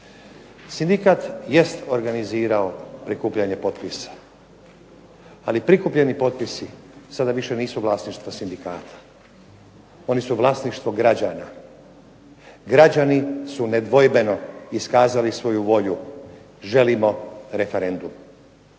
Sindikat jest organizirao potpisivanje potpisa, ali prikupljeni potpisi sada nisu više vlasništvo sindikata, oni su vlasništvo građana. građani su nedvojbeno iskazali svoju volju, želimo referendum.